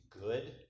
good